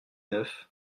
neuf